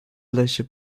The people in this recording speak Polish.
lesie